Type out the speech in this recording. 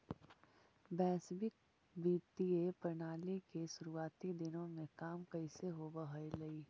वैश्विक वित्तीय प्रणाली के शुरुआती दिनों में काम कैसे होवअ हलइ